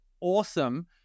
awesome